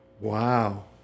Wow